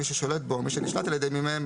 מי ששולט בו או מי שנשלט על ידי מי מהם,